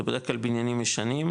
זה בדרך כלל בבניינים ישנים,